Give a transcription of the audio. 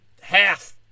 half